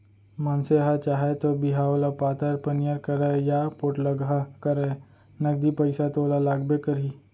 मनसे ह चाहे तौ बिहाव ल पातर पनियर करय या पोठलगहा करय नगदी पइसा तो ओला लागबे करही